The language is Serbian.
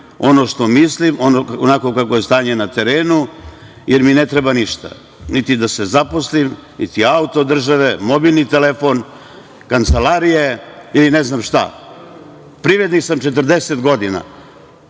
ono što mislim, onako kako je stanje na terenu, jer mi ne treba ništa, niti da se zaposlim, niti auto od države, mobilni telefon, kancelarije, ili ne znam šta. Privrednik sam 40 godina,